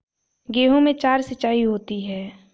गेहूं में चार सिचाई होती हैं